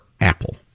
Apple